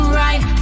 right